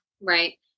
Right